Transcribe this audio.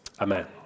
Amen